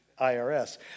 IRS